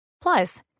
Plus